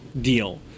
deal